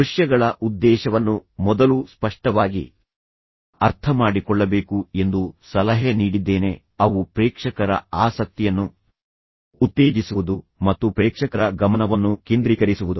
ದೃಶ್ಯಗಳ ಉದ್ದೇಶವನ್ನು ಮೊದಲು ಸ್ಪಷ್ಟವಾಗಿ ಅರ್ಥಮಾಡಿಕೊಳ್ಳಬೇಕು ಎಂದು ನಾನು ಸಲಹೆ ನೀಡಿದ್ದೇನೆ ಅವು ಪ್ರಮುಖ ಅಂಶಗಳನ್ನು ವಿವರಿಸುವುದು ಮೌಖಿಕ ಸಂದೇಶವನ್ನು ಬಲಪಡಿಸುವುದು ಪ್ರೇಕ್ಷಕರ ಆಸಕ್ತಿಯನ್ನು ಉತ್ತೇಜಿಸುವುದು ಮತ್ತು ಪ್ರೇಕ್ಷಕರ ಗಮನವನ್ನು ಕೇಂದ್ರೀಕರಿಸುವುದು